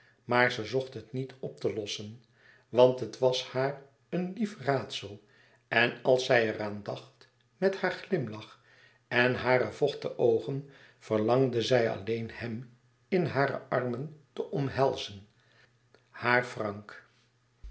maar ze zocht het niet op te lossen want het was haar een lief raadsel en als zij er aan dacht met haar glimlach en hare vochte oogen verlangde zij alleen hem in hare armen te omhelzen haar frank